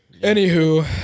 Anywho